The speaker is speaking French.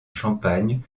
champagne